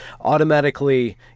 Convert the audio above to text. automatically